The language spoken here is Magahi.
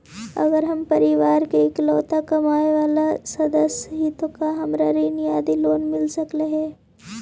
अगर हम परिवार के इकलौता कमाने चावल सदस्य ही तो का हमरा ऋण यानी लोन मिल सक हई?